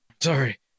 sorry